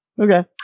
Okay